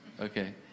Okay